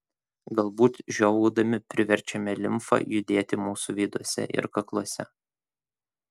galbūt žiovaudami priverčiame limfą judėti mūsų veiduose ir kakluose